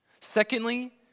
Secondly